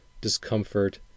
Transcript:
discomfort